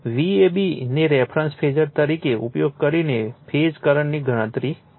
Vab ને reference phasor તરીકે ઉપયોગ કરીને ફેઝ કરંટની ગણતરી કરો